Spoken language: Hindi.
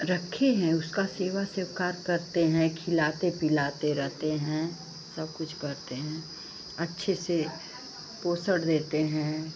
रखे हैं उसका सेवा सेवकार करते हैं खिलाते पिलाते रहते हैं सब कुछ करते हैं अच्छे से पोषण देते हैं